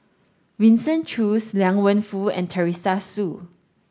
Winston Choos Liang Wenfu and Teresa Hsu